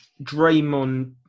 Draymond